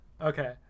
Okay